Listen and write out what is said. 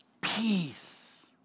peace